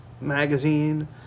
Magazine